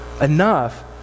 enough